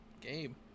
game